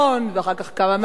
ואחר כך כמה מהליכוד,